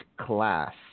class